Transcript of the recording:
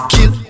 Kill